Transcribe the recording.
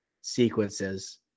sequences